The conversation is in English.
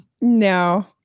No